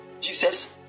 Jesus